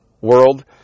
world